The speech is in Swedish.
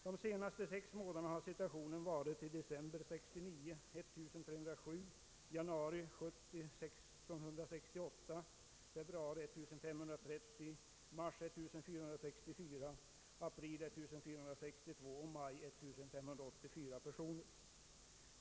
De senaste sex månaderna har situationen varit för december 1969 — 1 307, januari 1970 — 1 668, februari — 1530, mars — 1 464, april — 1462 och maj 1584 personer.